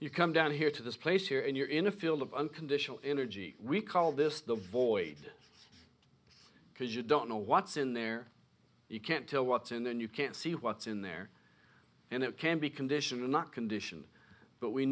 you come down here to this place here and you're in a field of unconditional energy we call this the void because you don't know what's in there you can't tell what's in then you can't see what's in there and it can be conditional not conditioned but we